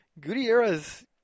Gutierrez